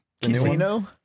Casino